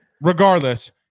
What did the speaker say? Regardless